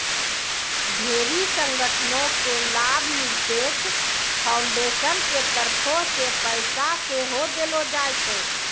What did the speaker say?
ढेरी संगठनो के लाभनिरपेक्ष फाउन्डेसन के तरफो से पैसा सेहो देलो जाय छै